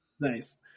Nice